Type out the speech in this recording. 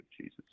Jesus